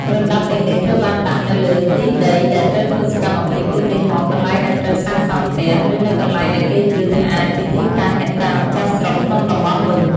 រណ្តាប់ទាំងនេះត្រូវបានដាក់នៅលើទីដីដែលត្រូវធ្វើសកម្មភាព ឧទាហរណ៍ កន្លែងដែលត្រូវសាងសង់ផ្ទះ ឬនៅកន្លែងដែលគេជឿថាជាទីតាំងអ្នកតាម្ចាស់ស្រុកក្នុងតំបន់នោះ។